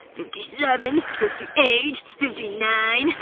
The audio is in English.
fifty seven. fifty eight. fifty nine.